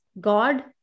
God